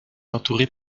entourée